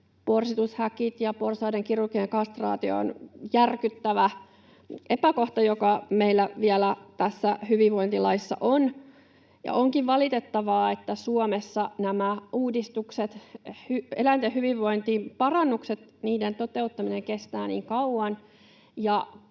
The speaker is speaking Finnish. Porsitushäkit ja porsaiden kirurginen kastraatio on järkyttävä epäkohta, joka meillä vielä tässä hyvinvointilaissa on, ja onkin valitettavaa, että Suomessa nämä uudistukset, eläinten hyvinvointiparannukset, niiden